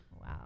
Wow